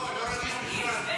לא, לא רגיש בכלל.